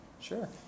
Sure